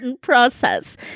process